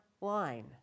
line